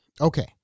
Okay